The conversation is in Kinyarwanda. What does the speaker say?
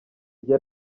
gihe